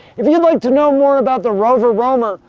if you'd like to know more about the rover roamer,